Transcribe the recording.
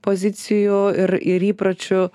pozicijų ir ir įpročių